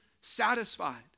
satisfied